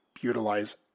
utilize